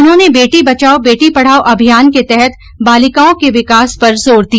उन्होंने बेटी बचाओ बेटी पढाओ अभियान के तहत बालिकाओं के विकास पर जोर दिया